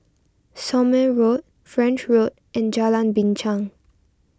Somme Road French Road and Jalan Binchang